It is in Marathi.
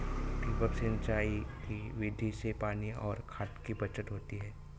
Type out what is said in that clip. ठिबक सिंचाई की विधि से पानी और खाद की बचत होती है